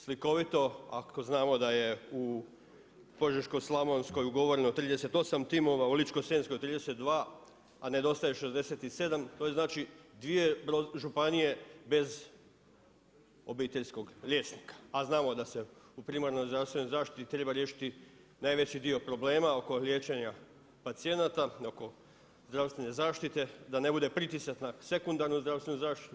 Slikovito ako znamo da je u Požeško-slavonskoj ugovoreno 38 timova, u Ličko-senjskoj 32, a nedostaje 67, to je znači 2 županije bez obiteljskog liječnika, a znamo da se u primarnoj zdravstvenoj zaštiti treba riješiti najveći dio problema oko liječenja pacijenata, oko zdravstvene zaštite da ne bude pritisak na sekundarnu zdravstvenu zaštitu.